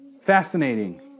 Fascinating